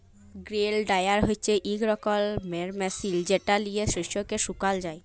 grain dryer হছে ইক রকমের মেশিল যেট লিঁয়ে শস্যকে শুকাল যায়